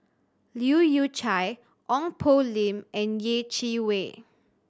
Leu Yew Chye Ong Poh Lim and Yeh Chi Wei